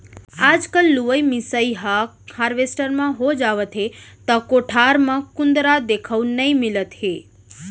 आजकल लुवई मिसाई ह हारवेस्टर म हो जावथे त कोठार म कुंदरा देखउ नइ मिलत हे